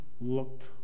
looked